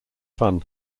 fun